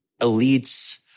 elites